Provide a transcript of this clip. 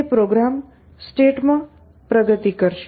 તે પ્રોગ્રામ સ્ટેટમાં પ્રગતિ કરશે